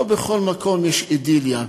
לא בכל מקום יש אידיליה.